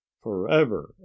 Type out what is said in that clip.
forever